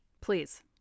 please